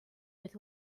with